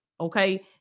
Okay